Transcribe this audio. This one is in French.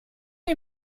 les